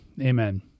Amen